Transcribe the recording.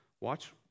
watch